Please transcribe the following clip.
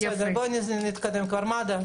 מד"א,